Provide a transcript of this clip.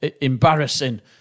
embarrassing